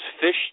fish